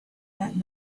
that